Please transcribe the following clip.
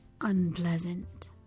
unpleasant